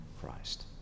Christ